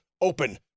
open